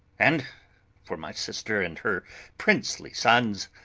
and for my sister, and her princely sons,